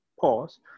pause